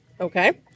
Okay